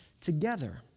together